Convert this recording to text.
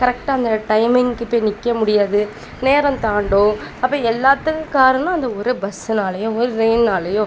கரெக்டாக அந்த டைம்மிங்க்கு போய் நிற்க முடியாது நேரம் தாண்டும் அப்போ எல்லாத்துக்கும் காரணம் அந்த ஒரு பஸ்ஸுனாலயோ ஒரு ரெயில்னாலயோ